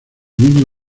mismo